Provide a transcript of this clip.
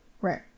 Right